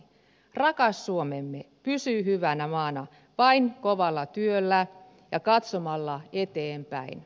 rakas suomemme pysyy hyvänä maana vain kovalla työllä ja katsomalla eteenpäin